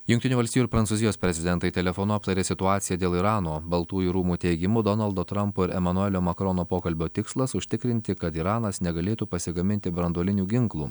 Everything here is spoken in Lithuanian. jungtinių valstijų ir prancūzijos prezidentai telefonu aptarė situaciją dėl irano baltųjų rūmų teigimu donaldo trampo ir emanuelio makrono pokalbio tikslas užtikrinti kad iranas negalėtų pasigaminti branduolinių ginklų